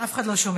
אף אחד לא שומע.